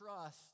trust